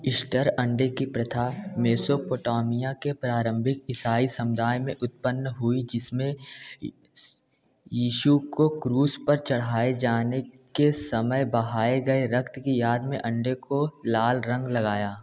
Easter अंडे की प्रथा मेसोपोटामिया के प्रारंभिक ईसाई समुदाय में उत्पन्न हुई जिसमें यीशु को क्रूस पर चढ़ाए जाने के समय बहाए गए रक्त की याद में अंडे को लाल रंग लगाया